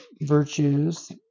virtues